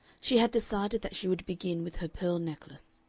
she had decided that she would begin with her pearl necklace.